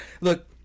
look